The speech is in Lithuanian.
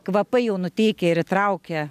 kvapai jau nuteikia ir įtraukia